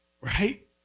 right